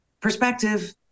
perspective